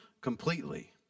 completely